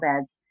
beds